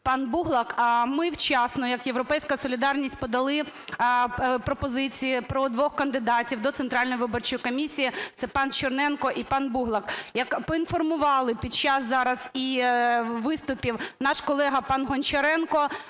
пан Буглак. Ми вчасно як "Європейська солідарність" подали пропозиції про двох кандидатів до Центральної виборчої комісії – це пан Черненко і пан Буглак. Проінформували під час зараз і виступів, наш колега пан Гончаренко,